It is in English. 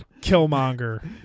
Killmonger